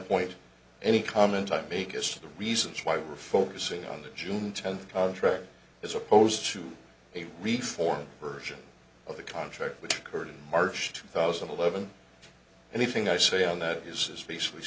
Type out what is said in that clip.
point any comment i make as to the reasons why we're focusing on the june tenth contract as opposed to a read form version of the contract which occurred in march two thousand and eleven anything i say on that is says basically